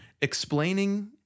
Explaining